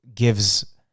gives